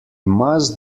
must